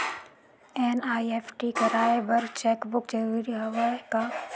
NEFT कराय बर cheque book जरूरी हवय का?